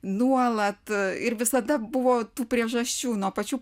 nuolat ir visada buvo priežasčių nuo pačių